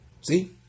See